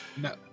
no